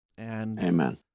Amen